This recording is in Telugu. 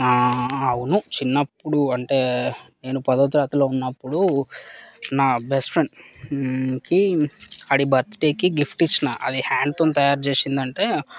అవును చిన్నప్పుడు అంటే నేను పదో తరగతిలో ఉన్నప్పుడు నా బెస్ట్ ఫ్రెండ్ కి వాడి బర్త్డేకి గిఫ్ట్ ఇచ్చాను అది హ్యాండ్తో తయారు చేసిందంటే